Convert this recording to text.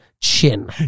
chin